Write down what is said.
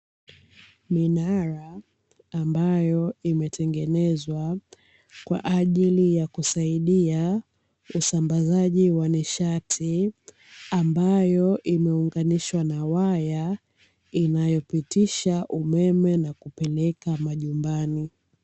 Minara ambayo imetengenezwa kwa ajili ya kusaidia usambazaji wa nishati ambayo imeunganishwa na waya inayopitisha umeme na kupeleka majumbani.